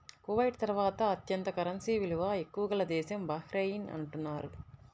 Kuwait తర్వాత అత్యంత currency విలువ ఎక్కువ గల దేశం బహ్రెయిన్ అని అంటున్నారు